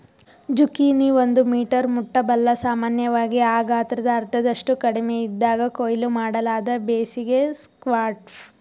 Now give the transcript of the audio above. zucchini ಒಂದು metre ಮುಟ್ಟಬಲ್ಲ ಸಾಮಾನ್ಯವಾಗಿ ಆ ಗಾತ್ರದ ಅರ್ಧದಷ್ಟು ಕಡಿಮೆಯಿದ್ದಾಗ ಕೊಯ್ಲು ಮಾಡಲಾದ ಬೇಸಿಗೆ ಸ್ಕ್ವಾಷ್